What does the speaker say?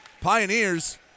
Pioneers